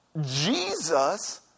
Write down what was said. Jesus